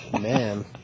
Man